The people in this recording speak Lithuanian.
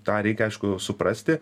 tą reikia aišku suprasti